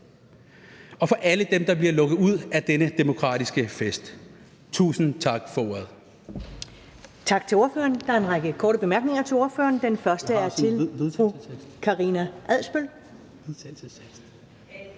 og for alle dem, der bliver lukket ude fra denne demokratiske fest. Tusind tak for ordet.